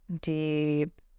deep